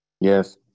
Yes